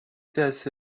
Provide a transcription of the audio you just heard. دسته